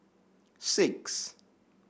six